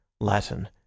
Latin